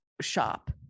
shop